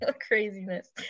craziness